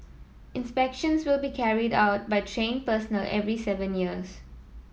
inspections will be carried out by trained personnel every seven years